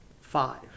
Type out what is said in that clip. five